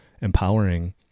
empowering